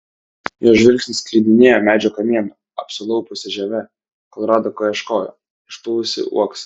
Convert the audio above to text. jos žvilgsnis klydinėjo medžio kamienu apsilaupiusia žieve kol rado ko ieškojo išpuvusį uoksą